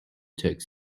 took